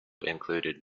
included